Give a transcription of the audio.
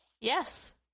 Yes